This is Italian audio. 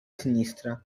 sinistra